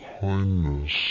kindness